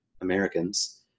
Americans